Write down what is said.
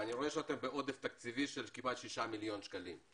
ואני רואה שאתם בעודף תקציבי של כמעט 6 מיליון שקלים.